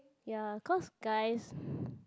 ya cause guys